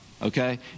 Okay